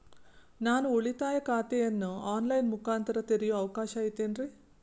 ನಾನು ಉಳಿತಾಯ ಖಾತೆಯನ್ನು ಆನ್ ಲೈನ್ ಮುಖಾಂತರ ತೆರಿಯೋ ಅವಕಾಶ ಐತೇನ್ರಿ?